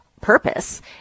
purpose